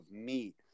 meat